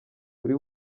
buri